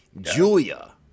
Julia